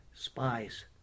Spies